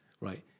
Right